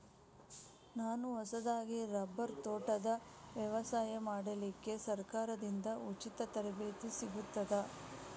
ನಾನು ಹೊಸದಾಗಿ ರಬ್ಬರ್ ತೋಟದ ವ್ಯವಸಾಯ ಮಾಡಲಿಕ್ಕೆ ಸರಕಾರದಿಂದ ಉಚಿತ ತರಬೇತಿ ಸಿಗುತ್ತದಾ?